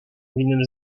innym